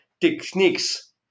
techniques